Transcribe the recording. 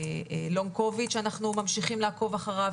הלונג-קוביד שאנחנו ממשיכים לעקוב אחריו,